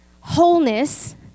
Wholeness